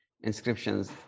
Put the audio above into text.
inscriptions